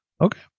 Okay